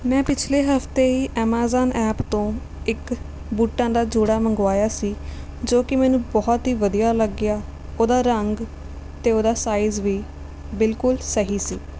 ਮੈਂ ਪਿਛਲੇ ਹਫਤੇ ਹੀ ਐਮਾਜ਼ਾਨ ਐਪ ਤੋਂ ਇੱਕ ਬੂਟਾਂ ਦਾ ਜੋੜਾ ਮੰਗਵਾਇਆ ਸੀ ਜੋ ਕਿ ਮੈਨੂੰ ਬਹੁਤ ਹੀ ਵਧੀਆ ਲੱਗਿਆ ਉਹਦਾ ਰੰਗ ਅਤੇ ਉਹਦਾ ਸਾਈਜ਼ ਵੀ ਬਿਲਕੁਲ ਸਹੀ ਸੀ